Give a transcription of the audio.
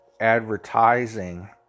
Advertising